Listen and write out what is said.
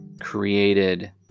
created